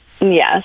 Yes